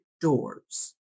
doors